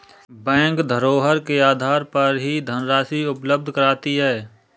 bank धरोहर के आधार पर भी धनराशि उपलब्ध कराती है